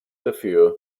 dafür